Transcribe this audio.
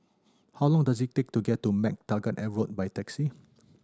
how long does it take to get to MacTaggart Road by taxi